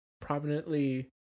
prominently